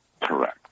Correct